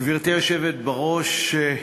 גברתי היושבת-ראש,